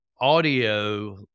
audio